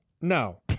No